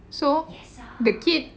so the kid